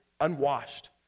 unwashed